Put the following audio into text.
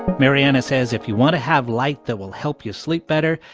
mariana says if you want to have light that will help you sleep better,